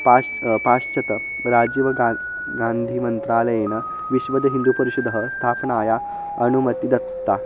पाश्च् पश्चात् राजीवगा गान्धिमन्त्रालयेन विश्वहिन्दुपरिषदः स्थापनाय अनुमतिः दत्ता